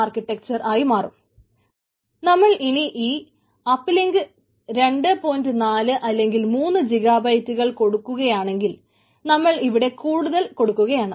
4 അല്ലെങ്കിൽ 3 ജിഗാബൈറ്റുകൾ കൊടുക്കുകയാണെങ്കിൽ നമ്മൾ ഇവിടെ കൂടുതൽ കൊടുക്കുകയാണ്